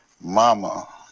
Mama